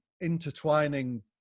intertwining